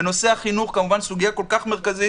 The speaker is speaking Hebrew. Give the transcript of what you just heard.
בנושא החינוך כמובן סוגיה כל כך מרכזית.